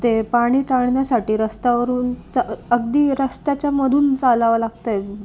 ते पाणी टाळण्यासाठी रस्त्यावरून चा अगदी रस्त्याच्या मधून चालावं लागतंय